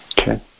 Okay